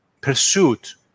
pursuit